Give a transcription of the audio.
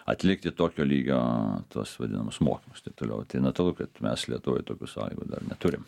atlikti tokio lygio tuos vadinamus mokymus taip toliau tai natulu kad mes lietuvoj tokių sąlygų dar neturim